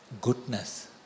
goodness